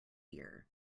year